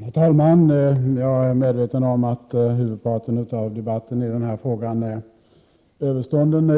Herr talman! Jag är medveten om att huvudparten av debatten i den här frågan nu är överstånden.